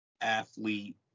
athlete